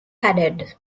added